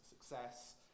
success